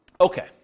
Okay